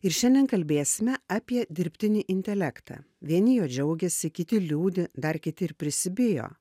ir šiandien kalbėsime apie dirbtinį intelektą vieni juo džiaugiasi kiti liūdi dar kiti ir prisibijo